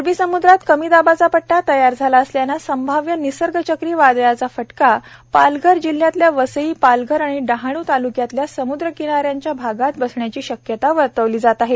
अरबी समुद्रात कमी दाबाचा पट्टा तयार झाला असल्यानं संभाव्य निसर्ग चक्री वादळाचा फटका पालघर जिल्ह्यातल्या वसई पालघर आणि डहाण् ताल्क्यातल्या सम्द्र किनाऱ्याच्या भागांत बसण्याची शक्यता वर्तवली जात आहे